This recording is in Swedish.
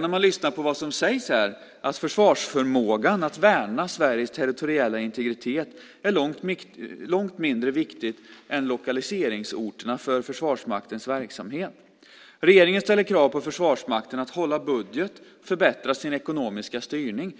När man lyssnar till vad som här sägs verkar försvarsförmågan, förmågan att värna Sveriges territoriella integritet, vara långt mindre viktig än lokaliseringsorterna för Försvarsmaktens verksamhet. Regeringen ställer, till skillnad från socialdemokratiska regeringar, kravet på Försvarsmakten att hålla budgeten och förbättra sin ekonomiska styrning.